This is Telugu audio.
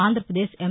ఆంధ్రప్రదేశ్ ఎం